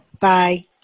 Bye